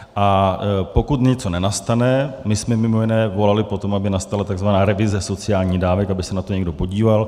A pokud něco nenastane my jsme mimo jiné volali po tom, aby nastala takzvaná revize sociálních dávek, aby se na to někdo podíval.